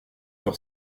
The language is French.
sur